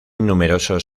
numerosos